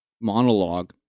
monologue